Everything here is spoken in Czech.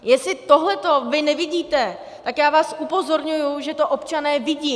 Jestli tohleto vy nevidíte, tak já vás upozorňuji, že to občané vidí.